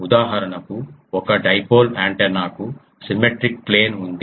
ఉదాహరణకు ఒక డైపోల్ యాంటెన్నాకు సిమ్మెట్రిక్ ప్లేన్ ఉంది